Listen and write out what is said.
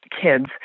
kids